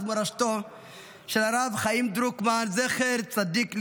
מורשתו של הרב חיים דרוקמן זכר צדיק לברכה.